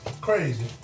Crazy